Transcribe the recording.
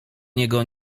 niego